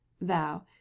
thou